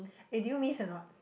eh do you miss or not